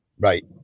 Right